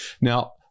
now